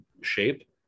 shape